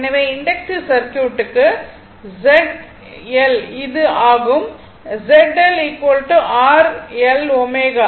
எனவே இண்டக்ட்டிவ் சர்க்யூட்டுக்கு Z L Z L r Lω